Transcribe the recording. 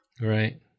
Right